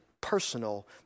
personal